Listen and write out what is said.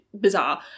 bizarre